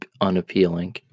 unappealing